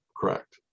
correct